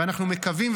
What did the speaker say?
ואנחנו מקווים,